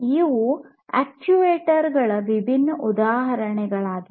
ಇವು ಅಕ್ಚುಯೇಟರ್ ಗಳ ವಿಭಿನ್ನ ಉದಾಹರಣೆಗಳಾಗಿವೆ